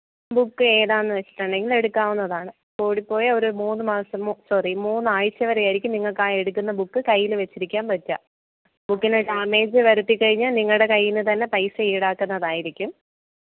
book ഏതാണെന്നു വെച്ചിട്ടുണ്ടെങ്കിൽ എടുക്കാവുന്നതാണ് കൂടിപ്പോയാൽ ഒരു മൂന്ന് മാസം മു സോറി മൂന്നാഴ്ച്ച വരെ ആയിരിക്കും നിങ്ങൾക്കാ എടുക്കുന്ന ബുക്ക് കയ്യിൽ വെച്ചിരിക്കാൻ പറ്റുക ബുക്കിന് ഡാമേജ് വരുത്തിക്കഴിഞ്ഞാൽ നിങ്ങളുടെ കയ്യിൽ നിന്നു തന്നെ പൈസ ഈടാക്കുന്നതായിരിക്കും